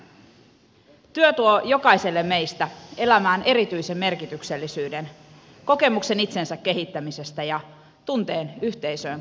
työ tuo jokaiselle meistä elämään erityisen merkityksellisyyden kokemuksen itsensä kehittämisestä ja tunteen yhteisöön kuulumisesta